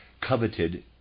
coveted